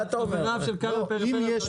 אם יש